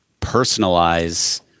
personalize